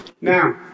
Now